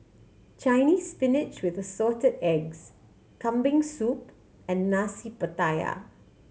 Chinese Spinach with the Assorted Eggs Kambing Soup and Nasi Pattaya